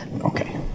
okay